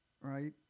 right